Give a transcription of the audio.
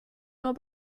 nur